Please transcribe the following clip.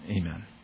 Amen